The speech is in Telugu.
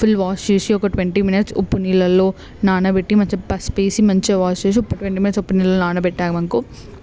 ఫుల్ వాష్ చేసి ఒక ట్వంటీ మినిట్స్ ఉప్పు నీళ్ళల్లో నానబెట్టి మంచిగా పసుపు పేసి మంచిగా వాష్ చేసి ట్వంటీ మినిట్స్ ఉప్పు నీళ్ళల్లో నానబెట్టమనుకో